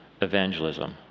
evangelism